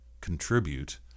contribute